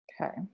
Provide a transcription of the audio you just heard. Okay